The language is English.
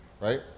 right